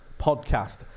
podcast